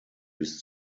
bis